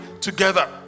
together